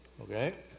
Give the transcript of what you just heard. okay